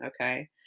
okay